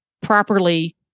properly